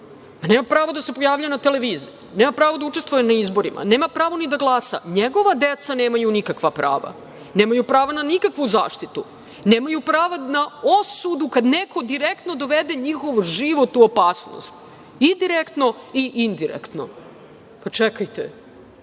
nema pravo da se pojavljuje na televiziji, nema pravo da učestvuje na izborima, nema pravo ni da glasa. Njegova deca nemaju nikakva prava, nemaju prava na nikakvu zaštitu, nemaju prava na osudu kad neko direktno dovede njihov život u opasnost, i direktno i indirektno. Pa, čekajte,